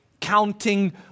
counting